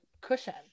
cushion